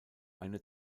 eine